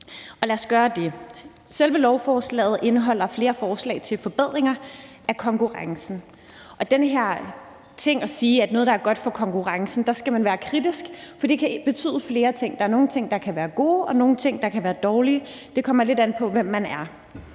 Selve lovforslaget indeholder flere forslag til forbedringer af konkurrencen. Og når der bliver sagt den her ting om, at noget er godt for konkurrencen, skal man være kritisk, for det kan betyde flere ting. Der er nogle ting, der kan være gode, og nogle ting, der kan være dårlige. Det kommer lidt an på, hvem man er.